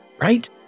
right